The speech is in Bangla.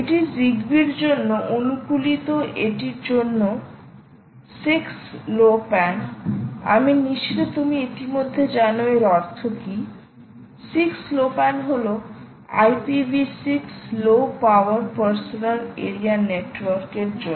এটি জিগবির জন্য অনুকূলিত এটির জন্য 6 lowpan আমি নিশ্চিত তুমি ইতিমধ্যে জানো এর অর্থ কী 6 lowpan হল IPv6 low power personal area network এর জন্য